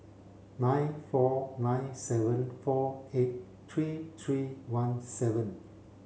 nine four nine seven four eight three three one seven